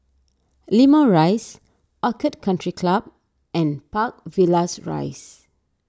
Limau Rise Orchid Country Club and Park Villas Rise